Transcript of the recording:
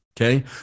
Okay